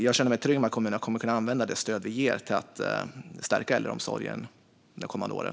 Jag känner mig trygg med att kommunerna kommer att kunna använda det stöd vi ger till att stärka äldreomsorgen de kommande åren.